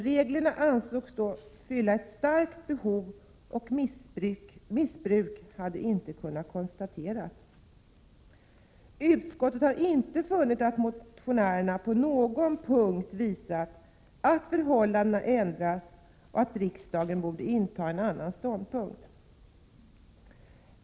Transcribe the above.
Reglerna ansågs då fylla ett starkt behov, och missbruk hade inte kunnat konstateras. Utskottet har inte funnit att motionärerna på någon punkt visat att förhållandena ändrats och att riksdagen borde inta en annan ståndpunkt. Fru talman!